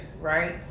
right